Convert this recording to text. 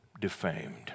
defamed